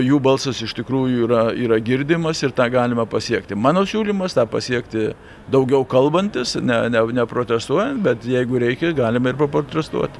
jų balsas iš tikrųjų yra yra girdimas ir tą galima pasiekti mano siūlymas tą pasiekti daugiau kalbantis ne ne neprotestuojant bet jeigu reikia galime ir paprotestuoti